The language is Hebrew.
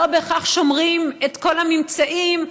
לא בהכרח שומרים את כל הממצאים,